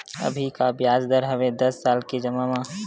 अभी का ब्याज दर हवे दस साल ले जमा मा?